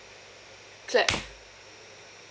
clap